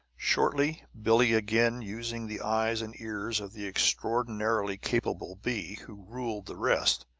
shortly billie again using the eyes and ears of the extraordinarily capable bee who ruled the rest,